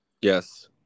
Yes